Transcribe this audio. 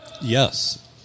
Yes